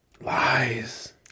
Lies